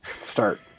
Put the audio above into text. start